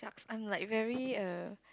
yucks I'm like very err